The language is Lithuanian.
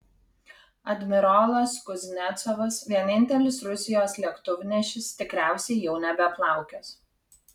admirolas kuznecovas vienintelis rusijos lėktuvnešis tikriausiai jau nebeplaukios